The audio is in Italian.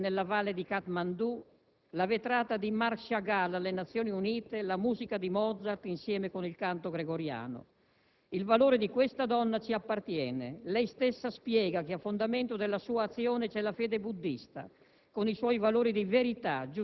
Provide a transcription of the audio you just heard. di Vishnu dormiente nella valle di Katmandu, la vetrata di Marc Chagall alle Nazioni Unite, la musica di Mozart insieme al canto gregoriano. Il valore di questa donna ci appartiene. Lei stessa spiega che a fondamento della sua azione c'è la fede buddista,